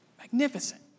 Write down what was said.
Magnificent